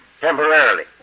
Temporarily